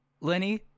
Lenny